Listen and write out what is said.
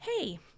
hey